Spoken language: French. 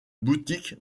boutique